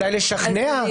אולי לשכנע.